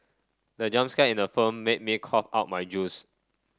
the jump scare in the phone made me cough out my juice